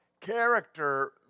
character